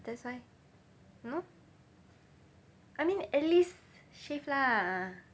that's why !hannor! I mean at least shave lah